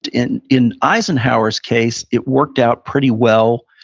in in eisenhower's case it worked out pretty well,